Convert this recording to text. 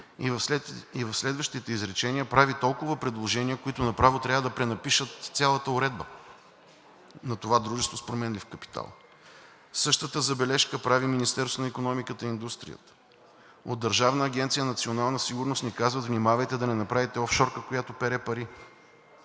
и в следващите изречения прави толкова предложения, които направо трябва да пренапишат цялата уредба на това дружество с променлив капитал. Същата забележка прави и Министерството на икономиката и индустрията. От Държавна агенция „Национална сигурност“ ни казват: „Внимавайте да не направите офшорка, която пере пари.“